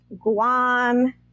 Guam